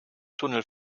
tunnel